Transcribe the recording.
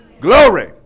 Glory